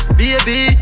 baby